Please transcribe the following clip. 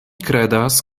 kredas